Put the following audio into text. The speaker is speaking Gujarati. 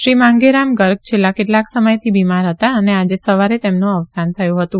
શ્રી માંગેરામ ગર્ગ છેલ્લા કેટલાક સમયથી બિમાર હતા અને આજે સવારે તેમનું અવસાન થયું હતું